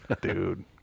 Dude